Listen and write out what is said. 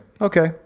Okay